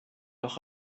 noch